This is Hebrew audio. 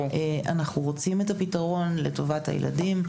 אנחנו רוצים את הפתרון לטובת הילדים.